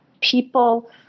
people